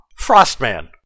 Frostman